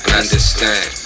understand